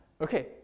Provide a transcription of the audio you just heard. Okay